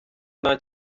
nta